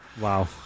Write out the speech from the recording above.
Wow